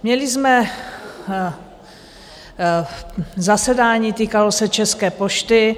Měli jsme zasedání, týkalo se České pošty.